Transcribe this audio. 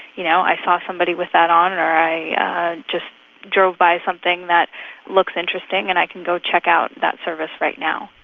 you know, i saw somebody with that on, and or i just drove by something that looks interesting, and i can go check out that service right now.